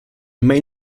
main